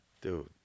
Dude